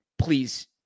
please